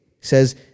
says